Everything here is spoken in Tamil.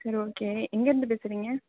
சரி ஓகே எங்கேயிருந்து பேசுகிறிங்க